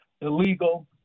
illegal